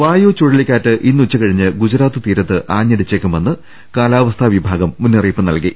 വായു ചുഴലിക്കാറ്റ് ഇന്ന് ഉച്ചകഴിഞ്ഞ് ഗുജറാത്ത് തീരത്ത് ആഞ്ഞടി ച്ചേക്കുമെന്ന് കാലാവസ്ഥാ വിഭാഗം മുന്നറിയിപ്പ് നൽകി